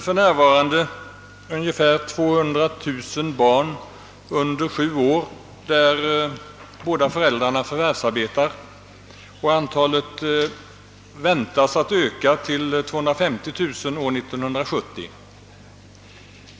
För närvarande finns det ungefär 200 000 barn under sju år med båda föräldrarna förvärvsarbetande och antalet väntas öka till 250 000 år 1970.